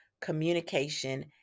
communication